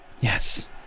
Yes